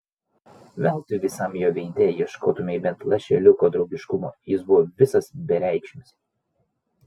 veltui visam jo veide ieškotumei bent lašeliuko draugiškumo jis buvo visas bereikšmis